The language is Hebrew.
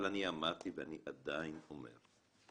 אני אמרתי ואני עדיין אומר,